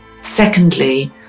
Secondly